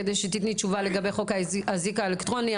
כדי שתתני תשובה לגבי חוק האיזוק האלקטרוני.